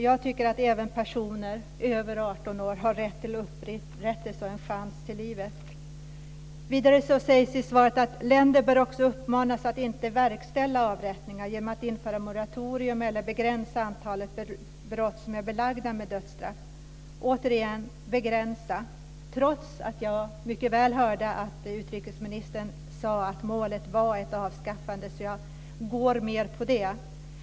Jag tycker att även personer över 18 år har rätt till upprättelse och en chans att leva. Vidare sägs det så här i svaret: "Länder bör också uppmanas att inte verkställa avrättningar, genom att införa ett moratorium, eller begränsa antalet brott som är belagda med dödsstraff." Återigen står det "begränsa". Jag hörde mycket väl att utrikesministern sade att målet var ett avskaffande, så jag går mer på det.